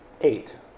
Eight